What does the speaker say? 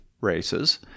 races